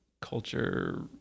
culture